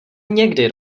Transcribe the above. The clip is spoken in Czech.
někdy